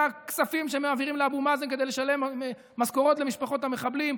הכספים שמעבירים לאבו מאזן כדי לשלם משכורות למשפחות המחבלים,